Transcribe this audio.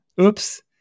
Oops